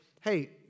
hey